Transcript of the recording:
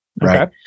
right